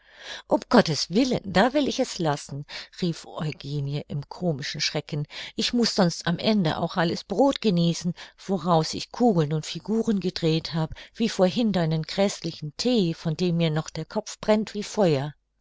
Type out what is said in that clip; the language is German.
um gottes willen da will ich es lassen rief eugenie im komischen schrecken ich muß sonst am ende auch alles brod genießen woraus ich kugeln und figuren gedreht habe wie vorhin deinen gräßlichen thee von dem mir noch der kopf brennt wie feuer